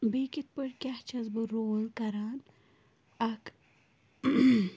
بیٚیہِ کِتھ پٲٹھۍ کیٛاہ چھَس بہٕ رول کَران اَکھ